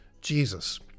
Jesus